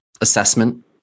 assessment